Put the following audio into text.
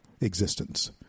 existence